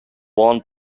warned